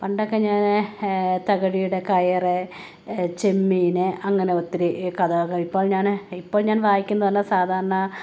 പണ്ടൊക്കെ ഞാന് തകഴിയുടെ കയര് ചെമ്മീന് അങ്ങനെ ഒത്തിരി കഥകൾ ഇപ്പോൾ ഞാന് ഇപ്പോൾ ഞാൻ വായിക്കുന്നെന്ന് പറഞ്ഞാല് സാധാരണ